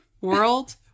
world